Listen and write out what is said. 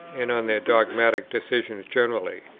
and on their dogmatic decisions generally.